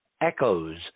echoes